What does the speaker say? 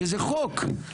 שזה חוק.